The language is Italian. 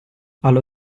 allo